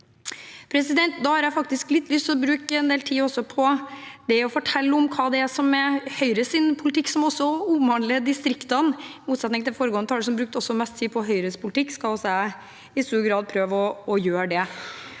videre. Da har jeg faktisk litt lyst til å bruke en del tid på å fortelle om hva som er Høyres politikk, som også omhandler distriktene. Som foregående taler, som brukte mest tid på Høyres politikk, skal også jeg i stor grad prøve å gjøre det.